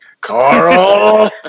Carl